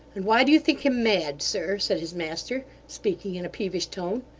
and why do you think him mad, sir said his master, speaking in a peevish tone.